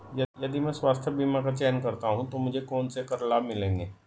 यदि मैं स्वास्थ्य बीमा का चयन करता हूँ तो मुझे कौन से कर लाभ मिलेंगे?